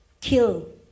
kill